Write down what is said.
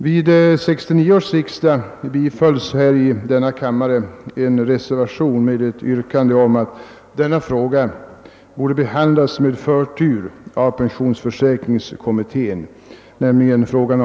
Vid 1969 års riksdag bifölls i denna kammare en reservation med ett yrkande om att frågan om inkomstprövningens avskaffande borde behandlas med förtur av pensionsförsäkringskommittén.